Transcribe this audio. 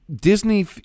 Disney